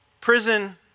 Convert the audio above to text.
Prison